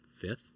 fifth